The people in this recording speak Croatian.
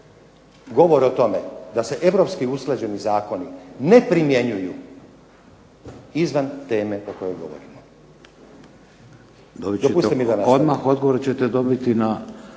govor o tome da se europski usklađeni zakoni ne primjenjuju izvan teme o kojoj govorimo. **Šeks, Vladimir